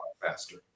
faster